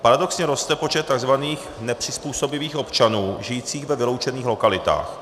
Paradoxně roste počet tzv. nepřizpůsobivých občanů žijících ve vyloučených lokalitách.